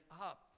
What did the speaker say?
up